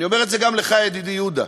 אני אומר את זה גם לך, ידידי יהודה.